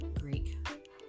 Greek